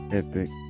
epic